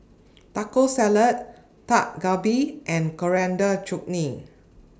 Taco Salad Dak Galbi and Coriander Chutney